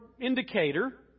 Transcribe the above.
indicator